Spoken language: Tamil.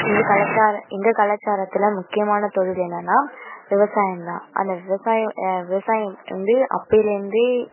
எங்கள் கலாச்சார எங்கள் கலாச்சாரத்தில் முக்கியமான தொழில் என்னென்னால் விவசாயம்தான் அந்த விவசாயம் விவசாயம் வந்து அப்பைலேருந்தே